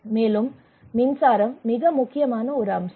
மேலும் மின்சாரம் மிக முக்கியமான ஒரு அம்சம்